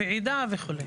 עדה וכולי.